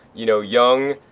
you know, young,